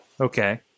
Okay